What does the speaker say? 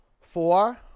four